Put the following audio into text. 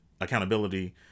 accountability